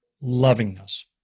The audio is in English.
lovingness